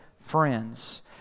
friends